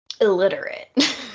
illiterate